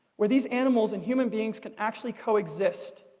where these animals and human beings can actually co-exist,